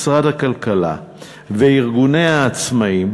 משרד הכלכלה וארגוני העצמאים,